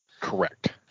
Correct